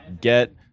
get